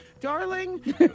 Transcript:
darling